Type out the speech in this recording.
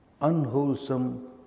unwholesome